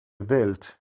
welt